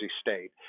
State